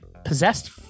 possessed